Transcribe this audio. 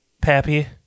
pappy